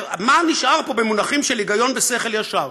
מה נשאר פה במונחים של היגיון ושכל ישר?